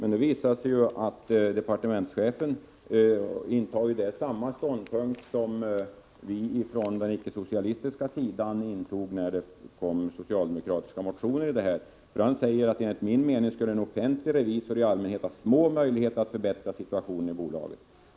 Nu visar det sig att departementschefen intar samma ståndpunkt som vi från den icke-socialistiska sidan intog i samband med socialdemokratiska motioner i ärendet. Han säger att enligt hans mening skulle en offentlig revisor i allmänhet ha små möjligheter att förbättra situationen i bolagen.